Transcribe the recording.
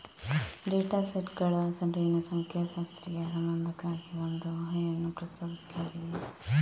data ಸೆಟ್ಗಳ ನಡುವಿನ ಸಂಖ್ಯಾಶಾಸ್ತ್ರೀಯ ಸಂಬಂಧಕ್ಕಾಗಿ ಒಂದು ಊಹೆಯನ್ನು ಪ್ರಸ್ತಾಪಿಸಲಾಗಿದೆ